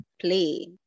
play